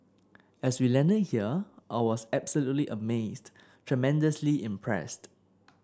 as we landed here I was absolutely amazed tremendously impressed